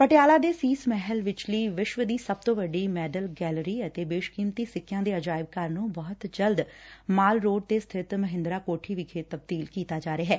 ਪਟਿਆਲਾ ਦੇ ਸ਼ੀਸ ਮਹਿਲ ਵਿਚਲੀ ਵਿਸ਼ਵ ਦੀ ਸਭ ਤੋ ਵੱਡੀ ਮੈਡਲ ਗੈਲਰੀ ਅਤੇ ਬੇਸ਼ਕੀਮਤੀ ਸਿੱਕਿਆਂ ਦੇ ਅਜਾਇਬ ਘਰ ਨੂੰ ਬਹੁਤ ਜਲਦ ਮਾਲ ਰੋਡ ਤੇ ਸਥਿਤ ਮਹਿੰਦਰਾ ਕੋਠੀ ਵਿਖੇ ਤਬਦੀਲ ਕੀਤਾ ਜਾ ਰਿਹੈ